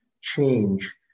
change